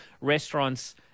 restaurants